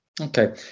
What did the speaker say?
okay